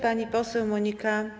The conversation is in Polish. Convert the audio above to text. Pani poseł Monika.